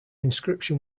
inscription